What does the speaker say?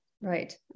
Right